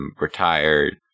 retired